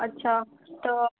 अच्छा त